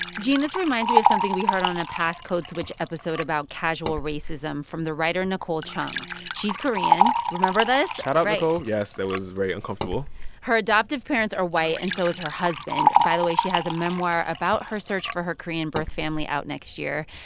gene, this reminds me of something we heard on a past code switch episode about casual racism from the writer nicole chung. she's korean. remember this? right shoutout, nicole. yes, that was very uncomfortable her adoptive parents are white and so is her husband. by the way, she has a memoir about her search for her korean birth family out next year.